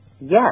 Yes